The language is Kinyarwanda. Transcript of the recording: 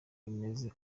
bimeze